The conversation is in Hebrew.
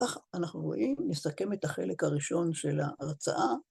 ‫כך אנחנו רואים. ‫נסכם את החלק הראשון של ההרצאה.